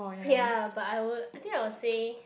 ya but I will I think I will say